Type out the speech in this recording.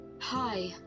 Hi